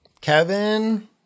Kevin